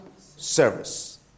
service